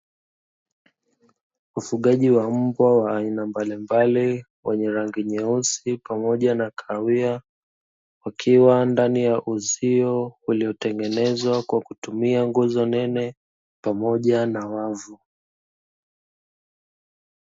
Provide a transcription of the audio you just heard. Ufugaji wa mbwa wa aina mbalimbali wenye rangi nyeusi pamoja na kahawia wakiwa ndani ya uzio uliotengenezwa kwa kutumia nguzo nene pamoja na wavu.